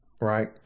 right